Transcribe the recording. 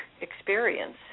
experience